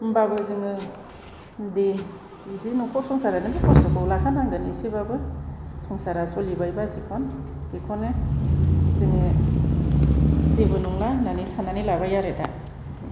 होमब्लाबो जोङो दे बिदि न'खर संसार जानो खस्थ'खौ लाखानांगोन एसेब्लाबो संसारा सोलिबायब्ला जेख'न बेखौनो जोङो जेबो नंला होननानै साननानै लाबायआरो दा बिदि